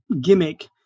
gimmick